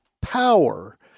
Power